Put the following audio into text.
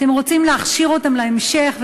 אתם רוצים להכשיר אותן להמשך,